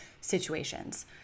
situations